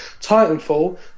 Titanfall